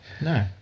No